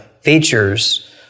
features